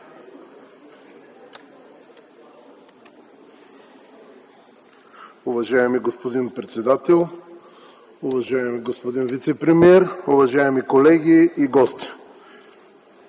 Уважаеми господин председател, уважаеми господин вицепремиер, уважаеми колеги и гости!